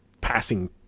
passing